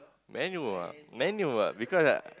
Man-U ah Man-U ah because I